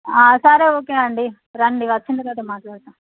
ఆ సరే ఓకే అండి రండి వచ్చిన తర్వాత మాట్లాడుదాం